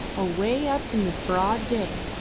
away up in the broad day,